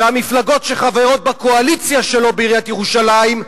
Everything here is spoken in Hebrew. והמפלגות שחברות בקואליציה שלו בעיריית ירושלים,